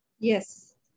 Yes